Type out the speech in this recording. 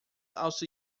also